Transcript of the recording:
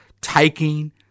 taking